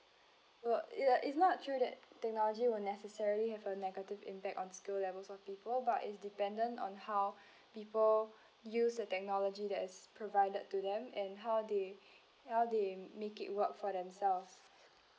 will ya it's not true that technology will necessarily have a negative impact on skill levels of people but it's dependent on how people use the technology that is provided to them and how they how they make it work for themselves